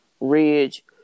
Ridge